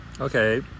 okay